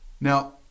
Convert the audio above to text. Now